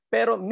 Pero